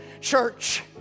church